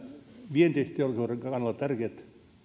vientiteollisuuden kannalta tärkeät